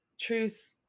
truth